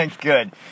Good